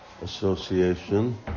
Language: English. association